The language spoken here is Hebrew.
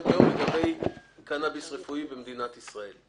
היום לגבי קנאביס רפואי במדינת ישראל.